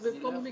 נמנעים,